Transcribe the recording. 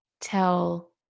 tell